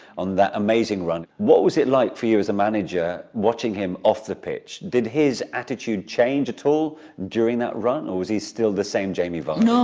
on that amazing run. what was it like for you, as his manager, watching him off the pitch? did his attitude change at all during that run, or was he still the same jamie vardy?